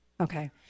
Okay